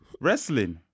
wrestling